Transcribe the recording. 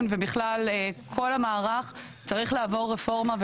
ובכלל כל המערך צריך לעבור רפורמה.